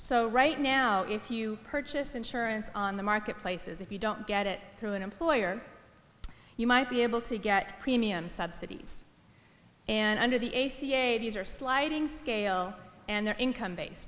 so right now if you purchase insurance on the marketplaces if you don't get it through an employer you might be able to get premium subsidies and under the sliding scale and their income base